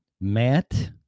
Matt